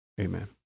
Amen